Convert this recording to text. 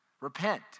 Repent